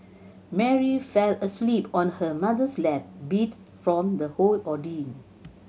Mary fell asleep on her mother's lap beat from the whole ordeal